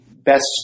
best